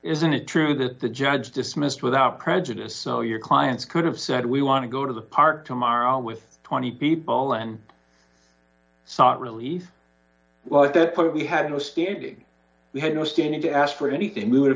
isn't it true that the judge dismissed without prejudice so your clients could have said we want to go to the park tomorrow with twenty people and relief well at that point we had no standing we had no standing to ask for anything we would have